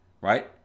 right